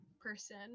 person